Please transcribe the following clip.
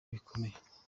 bikomeye